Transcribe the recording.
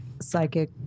psychic